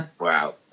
Wow